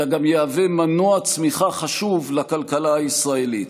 אלא גם יהווה מנוע צמיחה חשוב לכלכלה הישראלית.